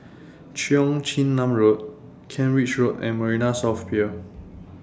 Cheong Chin Nam Road Kent Ridge Road and Marina South Pier